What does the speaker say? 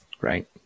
Right